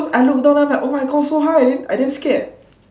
cause I look down then I was like oh my gosh so high then I damn scared